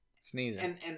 sneezing